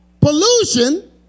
pollution